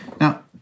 Now